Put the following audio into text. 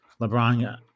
LeBron